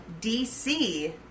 DC